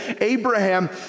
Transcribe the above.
Abraham